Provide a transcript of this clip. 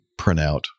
printout